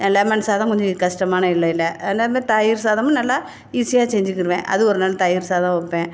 lemon சாதம் கொஞ்சம் கஷ்டமான இல்லை இல்லை இந்த தயிர் சாதமும் நல்லா ஈஸியாக செஞ்சிக்கிருவேன் அது ஒரு நாள் தயிர் சாதம் வைப்பேன்